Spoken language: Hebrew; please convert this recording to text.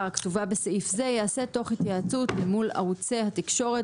הכתובה בסעיף זה ייעשה תוך התייעצות אל מול ערוצי התקשורת,